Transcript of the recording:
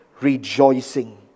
rejoicing